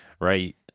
right